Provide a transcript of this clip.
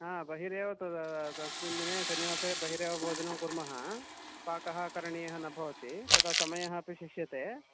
हा बहिरेव तस्मिन् दिने शनिवासरे बहिरेव भोजनं कुर्मः पाकः करणीयः न भवति तदा समयः अपि शिश्यते